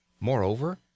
Moreover